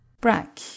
Brack